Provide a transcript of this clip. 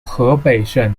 河北省